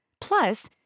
Plus